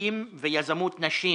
עסקים ויזמות נשים.